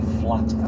flat